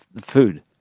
food